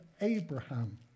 Abraham